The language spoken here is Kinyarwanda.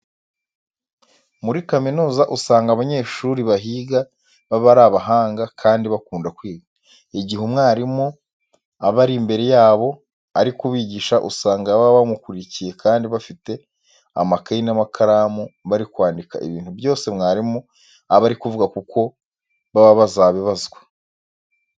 Muri kaminuza usanga abanyeshuri bahiga baba ari abahanga kandi bakunda kwiga. Igihe umwarimu aba ari imbere yabo ari kubigisha usanga baba bamukurikiye kandi bafite amakayi n'amakaramu bari kwandika ibintu byose mwarimu aba ari kuvuga kuko baba bazabibazwa.